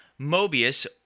Mobius